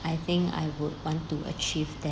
I think I would want to achieve that